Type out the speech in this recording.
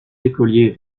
écoliers